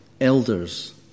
elders